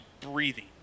breathing